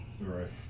Right